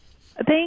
Thank